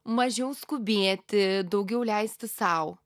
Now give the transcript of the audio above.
mažiau skubėti daugiau leisti sau